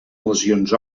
lesions